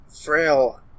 frail